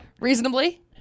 Reasonably